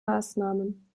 maßnahmen